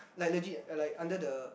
like legit like under the